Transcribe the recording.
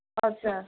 अच्छा